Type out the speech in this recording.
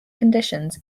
conditions